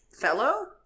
Fellow